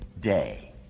Day